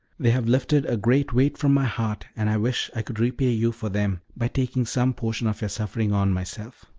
they have lifted a great weight from my heart, and i wish i could repay you for them by taking some portion of your suffering on myself.